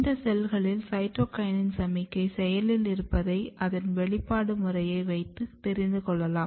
இந்த செல்களில் சைட்டோகினின் சமிக்ஞை செயலில் இருப்பதை அதன் வெளிப்பாடு முறையை வைத்து தெரிந்துகொள்ளலாம்